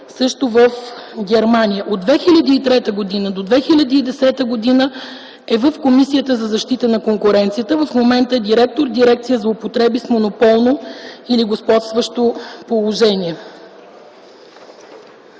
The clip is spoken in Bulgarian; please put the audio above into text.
също в Германия. От 2003 до 2010 г. е в Комисията за защита на конкуренцията. В момента е директор на Дирекция „Злоупотреби с монополно или господстващо положение”.